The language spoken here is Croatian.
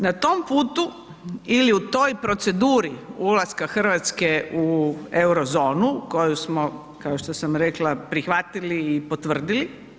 Na tom putu ili u toj proceduri ulaska RH u Eurozonu koju smo kao što sam rekla prihvatili i potvrdili.